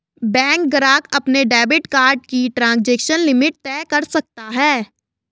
bank ग्राहक अपने debit card की ट्रांज़ैक्शन लिमिट तय कर सकता है